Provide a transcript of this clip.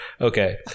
Okay